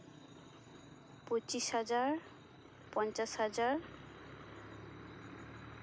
ᱯᱚᱸᱪᱤᱥ ᱦᱟᱡᱟᱨ ᱯᱚᱧᱪᱟᱥ ᱦᱟᱡᱟᱨ